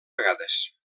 vegades